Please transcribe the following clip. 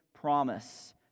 promise